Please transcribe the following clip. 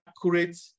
accurate